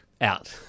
Out